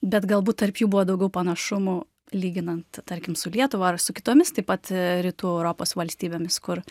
bet galbūt tarp jų buvo daugiau panašumų lyginant tarkim su lietuva ar su kitomis taip pat rytų europos valstybėmis kur